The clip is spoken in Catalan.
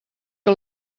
que